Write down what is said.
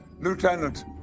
Lieutenant